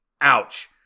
ouch